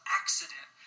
accident